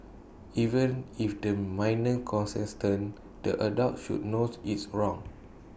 even if the minor consented the adult should knows it's wrong